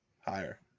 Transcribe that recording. Higher